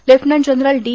lieutenant general D